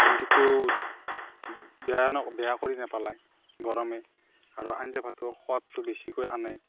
সান্দিটো বেয়া ন বেয়া কৰি নেপেলাই গৰমে আৰু আঞ্জা ভাতৰ সোৱাদটো বেছিকৈ আনে